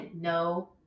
no